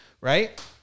right